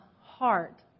heart